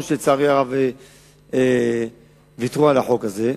לצערי, זה נכון שוויתרו על החוק הזה,